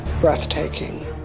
breathtaking